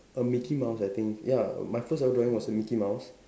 a mickey mouse I think ya my first ever drawing was a mickey mouse